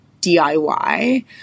DIY